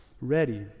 ready